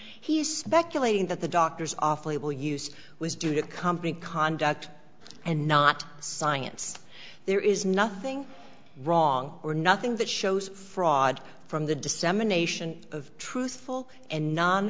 is speculating that the doctor's office he will use was due to company conduct and not science there is nothing wrong or nothing that shows fraud from the dissemination of truthful and non